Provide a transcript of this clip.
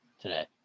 today